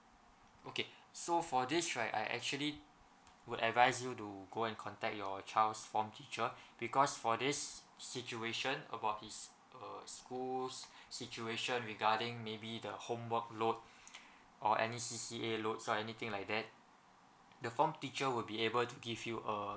okay so for this right I actually would advise you to go and contact your child's form teacher because for this situation about his uh school's situation regarding maybe the homework load or any C_C_A load or anything like that the form teacher would be able to give you a